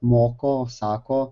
moko sako